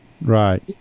Right